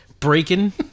Breaking